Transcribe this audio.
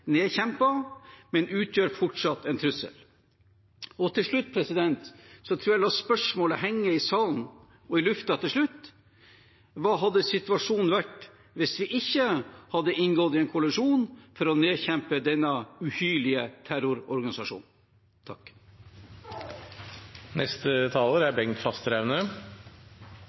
men utgjør fortsatt en trussel. Til slutt lar jeg dette spørsmålet henge i luften: Hva hadde situasjonen vært hvis vi ikke hadde inngått en koalisjon for å nedkjempe denne uhyrlige terrororganisasjonen?